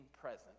present